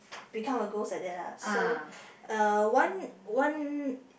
become a ghost like that lah so uh one one